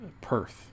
Perth